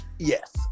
Yes